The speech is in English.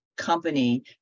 company